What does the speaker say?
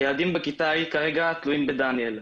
ילדים בכיתה ההיא כרגע תלויים בדניאל.